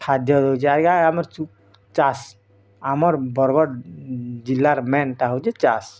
ଖାଦ୍ୟ ଦଉଛେ ଆଜ୍ଞା ଆମର୍ ଚାଷ୍ ଆମର୍ ବରଗଡ଼୍ ଜିଲ୍ଲାର ମେନ୍ଟା ହେଉଛି ଚାଷ୍